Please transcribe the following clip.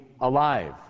alive